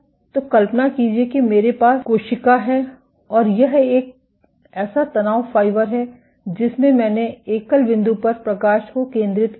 तो कल्पना कीजिए कि मेरे पास कोशिका है और यह एक ऐसा तनाव फाइबर है जिसमें मैंने एकल बिंदु पर प्रकाश को केंद्रित किया था